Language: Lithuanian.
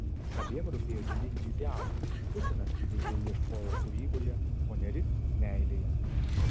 abiem rūpėjo didingi idealai tik putinas jų daugiau ieškojo kūryboje o nėris meilėje